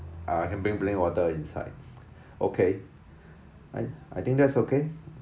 uh I can bring plain water inside okay I I think that's okay